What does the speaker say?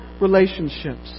relationships